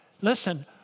listen